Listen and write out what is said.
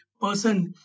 person